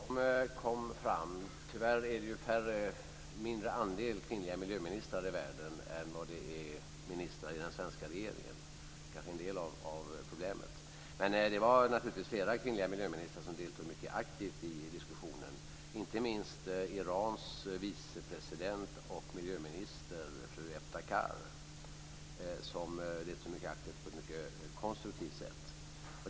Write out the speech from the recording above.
Fru talman! Ja, de kom fram. Tyvärr är det ju en mindre andel kvinnliga miljöministrar i världen än andelen kvinnliga ministrar i den svenska regeringen. Det är kanske en del av problemet. Det var naturligtvis flera kvinnliga miljöministrar som deltog mycket aktivt i diskussionen, inte minst Hon deltog mycket aktivt på ett mycket konstruktivt sätt.